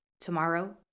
Tomorrow